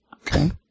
Okay